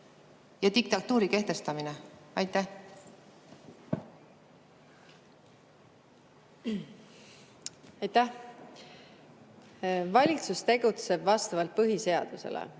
ja diktatuuri kehtestamine? Aitäh! Valitsus tegutseb vastavalt põhiseadusele.